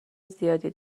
زیادی